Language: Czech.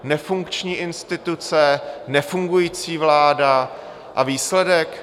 Nefunkční instituce, nefungující vláda a výsledek?